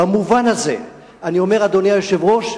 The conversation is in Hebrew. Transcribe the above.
במובן הזה, אני אומר, אדוני היושב-ראש,